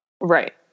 Right